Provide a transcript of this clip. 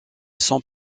son